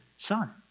son